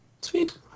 Sweet